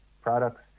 products